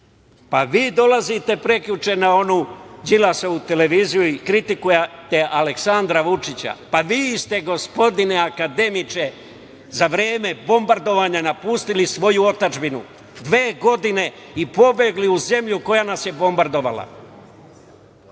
Pa, vi dolazite prekjuče na onu Đilasovu televiziju i kritikujete Aleksandra Vučića, pa vi ste gospodine akademiče za vreme bombardovanja napustili svoju otadžbinu, dve godine i pobegli u zemlju koja nas je bombardovala. To